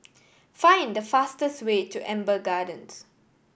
find the fastest way to Amber Gardens